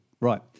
Right